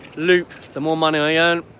loop. the more money i ah earned,